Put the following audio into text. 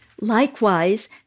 Likewise